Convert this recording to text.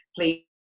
please